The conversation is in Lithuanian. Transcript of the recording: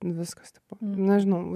viskas tipo nežinau vat